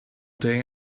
day